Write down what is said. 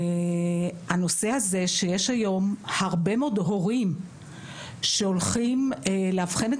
הנושא הזה שיש היום הרבה מאוד הורים שהולכים לאבחן את